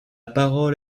parole